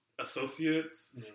associates